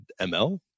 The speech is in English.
ML